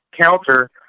counter